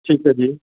ਠੀਕ ਹੈ ਜੀ